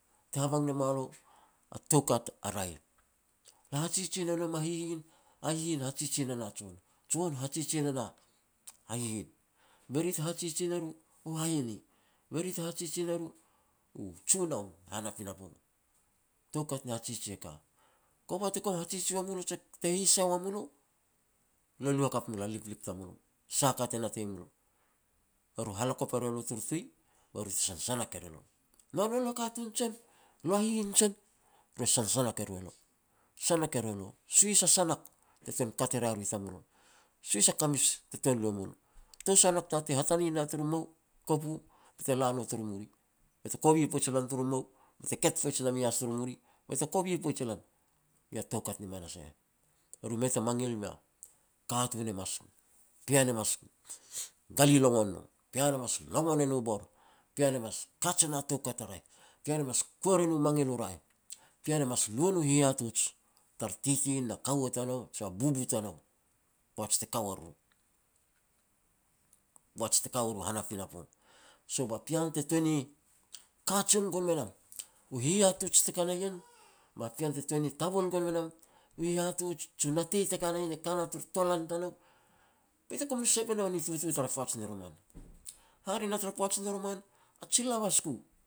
Te habang me lo a toukat a raeh, le hajiji ne nom a hihin, a hihin hajiji ne na jon, jon hajiji ne na hihin, be ri te hajiji ne ro hahine, be ri te hajiji ne ro u junoun han a pinapo, toukat ni hajiji e ka. Kova te kum hajiji ua mulo jia te hisai ua mu lo, le lu hakap mul a liplip tamulo, sah a ka te natei mulo. Ru halakup e ru e lo turu tui, be ru te sanak er elo. Noa no lo a katun jen lo a hihin jen ru e sansanak e ru elo. Sanak er elo, suhis a sanak te ten kat e ria ru tamulo, suhis a kamij te tuan lu e mulo. Tou sanak tei hatani na turu mou kopu be te la no turu muri, be te kovi poaj i nam turu mou, be te ket poaj i nam ias turu muri, be te kovi poaj i lan, iau a toukat ni manas e heh. E ru mei ta mangil mea katun e mas, pean e mas galilongon no pean e mas longon e nu bor, pean e mas kat e na toukat a raeh, pean mas kuer e no mangil u raeh, pean mas lu e no hihatuj tar kaua na titi tanou jia bubu tanou poaj te ka wa riru, poaj te ka war riru han a pinapo. So ba pean te ten ni kajen gon me nam u hihatuj te ka na ien, ba pean te tun ni tabual gon me nam hihatuj jia u natei teka na ien e ka na tur tolan tanou, be te kum ni sep e nou a ni tutu tara poaj ni roman. Hare na tara poaj ni roman, a ji labas ku